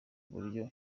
buryo